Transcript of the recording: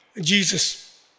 Jesus